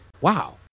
wow